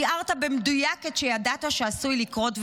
תיארת במדויק את שידעת שעשוי לקרות,